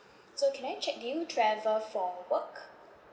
so can I check do you travel for work